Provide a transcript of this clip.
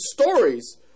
stories